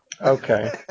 Okay